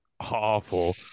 awful